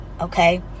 Okay